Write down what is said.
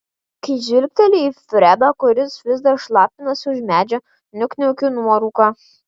kai žvilgteli į fredą kuris vis dar šlapinasi už medžio nukniaukiu nuorūką